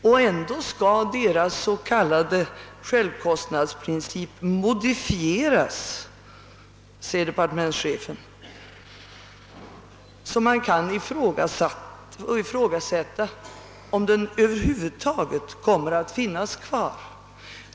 Och ändå säger departementschefen att deras s.k. självkostnadsprincip skall modifieras. Man kan alltså ifrågasätta om den över huvud taget kommer att finnas kvar.